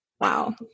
Wow